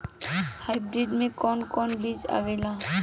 Hybrid में कोवन कोवन बीज आवेला?